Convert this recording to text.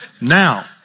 Now